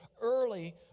early